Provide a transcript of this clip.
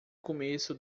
começo